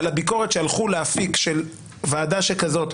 הביקורת כשהלכו להפיק של ועדה שכזאת,